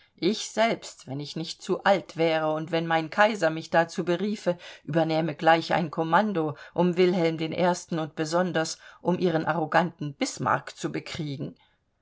ich selbst wenn ich nicht zu alt wäre und wenn mein kaiser mich dazu beriefe übernähme gleich ein kommando um wilhelm i und besonders um ihren arroganten bismarck zu bekriegen